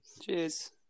cheers